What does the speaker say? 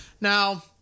Now